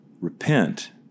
repent